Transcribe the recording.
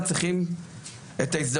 התקציב ביוון הוא 0.8%,